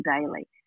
daily